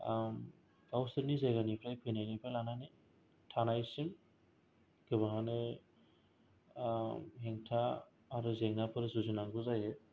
गावसोरनि जायगानिफाय फैनायनिफाय लानानै थानायसिम गोबांयानो हेंथा आरो जेंनाफोर जुजिनांगौ जायो